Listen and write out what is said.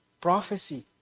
prophecy